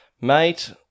Mate